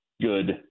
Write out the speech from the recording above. good